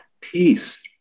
peace